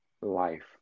life